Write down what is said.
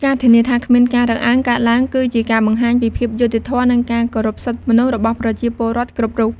ការធានាថាគ្មានការរើសអើងកើតឡើង គឺជាការបង្ហាញពីភាពយុត្តិធម៌ និងការគោរពសិទ្ធិមនុស្សរបស់ប្រជាពលរដ្ឋគ្រប់រូប។